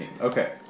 okay